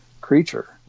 creature